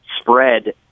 spread